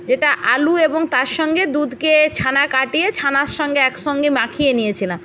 যেটা আলু এবং তার সঙ্গে দুধকে ছানা কাটিয়ে ছানার সঙ্গে এক সঙ্গে মাখিয়ে নিয়েছিলাম